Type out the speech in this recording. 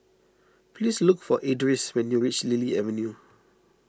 please look for Edris when you reach Lily Avenue